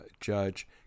Judge